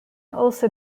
also